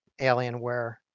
alienware